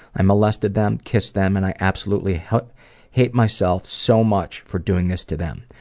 i molested them, kissed them and i absolutely hate hate myself so much for doing this to them.